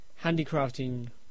handicrafting